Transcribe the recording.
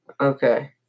Okay